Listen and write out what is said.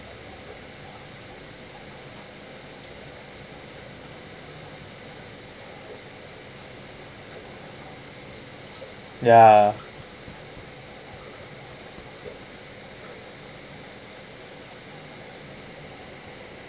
ya